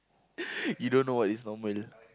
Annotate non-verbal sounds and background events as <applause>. <noise> you don't know what is normal